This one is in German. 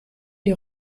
die